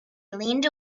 leaned